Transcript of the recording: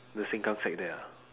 the Sengkang side there ah